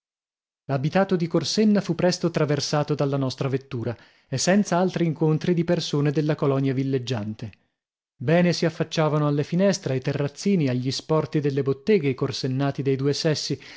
l'abitato di corsenna fu presto traversato dalla nostra vettura e senza altri incontri di persone della colonia villeggiante bene si affacciavano alle finestre ai terrazzini agli sporti delle botteghe i corsennati dei due sessi